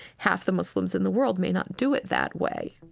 half the muslims in the world may not do it that way.